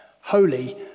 holy